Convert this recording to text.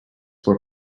were